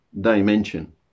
dimension